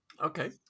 Okay